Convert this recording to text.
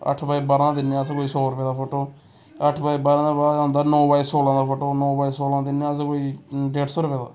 अट्ठ बाई बारां दा दिन्ने अस कोई सौ रपेऽ दा फोटो अट्ठ बाय बारां दे बाद आंदा नौ बाय सोलां दा फोटो नौ बाय सोलां दिन्ने अस कोई डेढ सौ रपेऽ दा